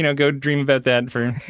you know go dream about that for